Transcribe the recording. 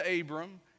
Abram